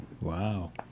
wow